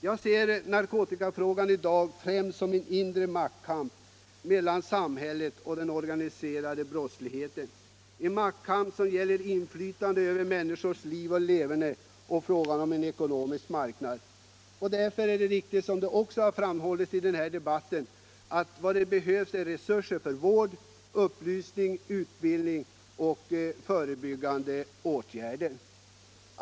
Jag ser narkotikafrågan i dag främst som en inre maktkamp mellan samhället och den organiserade brottsligheten, en maktkamp som gäller inflytande över människors liv och leverne, och en ekonomisk marknad. Därför är det också viktigt, såsom har framhållits i denna debatt, att vi får resurser för vård, upplysning, utbildning och förebyggande åtgärder.